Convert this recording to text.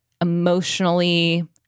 emotionally